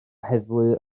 heddlu